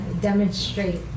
demonstrate